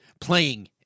Playing